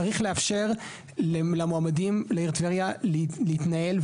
צריך לאפשר למועמדים בעיר טבריה להתנהל,